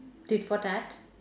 tit for tat